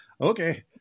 Okay